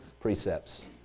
precepts